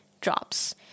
drops